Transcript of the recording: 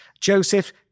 Joseph